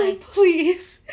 please